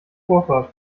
vorfahrt